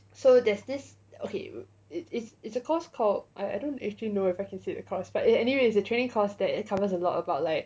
so there's this okay it it's a course called I don't actually know if I can say the course but anyway it's a training course that covers a lot about like